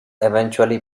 eventually